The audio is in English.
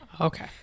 Okay